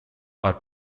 are